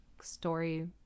story